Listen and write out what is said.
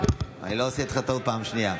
אני לא עושה איתך טעות פעם שנייה.